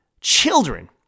children